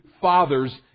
fathers